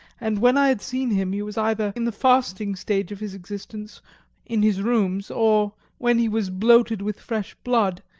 and when i had seen him he was either in the fasting stage of his existence in his rooms or, when he was gloated with fresh blood,